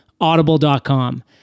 Audible.com